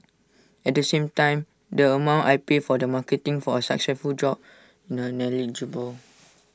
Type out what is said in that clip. at the same time the amount I pay for the marketing from A successful job negligible